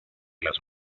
las